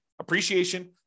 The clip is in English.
appreciation